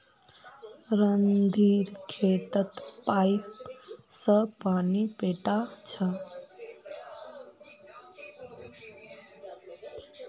रणधीर खेतत पाईप स पानी पैटा छ